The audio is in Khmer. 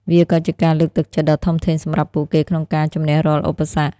វាក៏ជាការលើកទឹកចិត្តដ៏ធំធេងសម្រាប់ពួកគេក្នុងការជំនះរាល់ឧបសគ្គ។